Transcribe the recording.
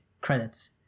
credits